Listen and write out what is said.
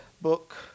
book